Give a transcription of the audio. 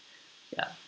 ya